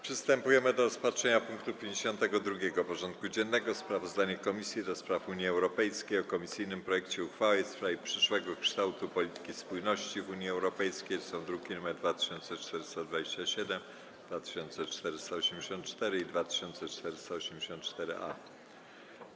Przystępujemy do rozpatrzenia punktu 52. porządku dziennego: Sprawozdanie Komisji do Spraw Unii Europejskiej o komisyjnym projekcie uchwały w sprawie przyszłego kształtu polityki spójności w Unii Europejskiej (druki nr 2427, 2484 i 2484-A) - głosowania.